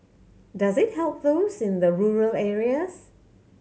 does it help those in the rural areas